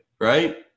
right